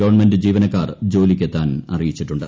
government ജീവനക്കാർ ജോലിക്ക് എത്താൻ അറിയിച്ചിട്ടുണ്ട്